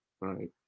right